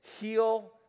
heal